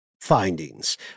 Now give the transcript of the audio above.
findings